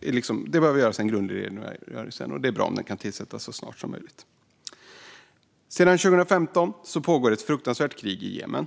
Det är bra om den kan göras så snart som möjligt. Sedan 2015 pågår ett fruktansvärt krig i Jemen.